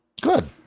Good